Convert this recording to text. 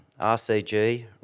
RCG